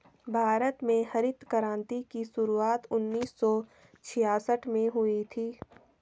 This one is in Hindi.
भारत में हरित क्रान्ति की शुरुआत उन्नीस सौ छियासठ में हुई थी